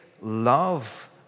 love